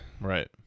Right